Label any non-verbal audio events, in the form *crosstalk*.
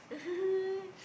*laughs*